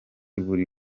buri